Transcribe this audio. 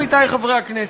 עמיתי חברי הכנסת,